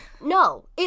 no